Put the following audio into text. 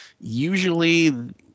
usually